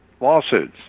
Lawsuits